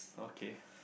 okay